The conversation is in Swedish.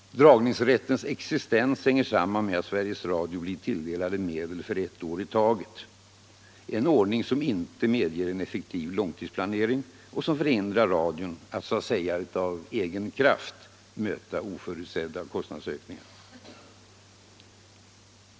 Dragningsrättens existens hänger samman med att Sveriges Radio tilldelas medel för ett år i taget, en ordning som inte medger en effektiv långtidsplanering och som förhindrar radion att så att säga av egen kraft möta oförutsedda kostnadsökningar.